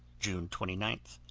june twenty nine,